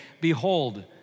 Behold